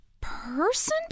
person